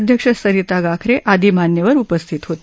अध्यक्ष सरिता गाखरे आदी मान्यवर उपस्थित होते